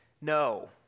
no